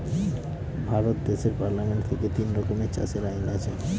ভারত দেশের পার্লামেন্ট থেকে তিন রকমের চাষের আইন আছে